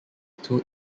two